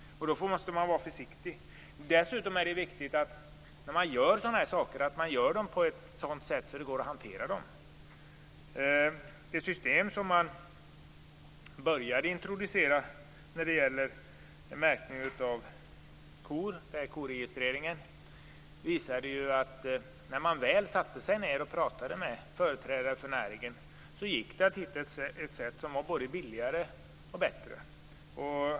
Då måste man vara försiktig. När man gör sådana här saker är det viktigt att man gör dem på ett sådant sätt att det går att hantera dem. Det system som man började introducera när det gäller märkning av kor, koregistreringen, visade att när man väl pratade med företrädare för näringen gick det att hitta ett sätt som var både billigare och bättre.